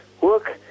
work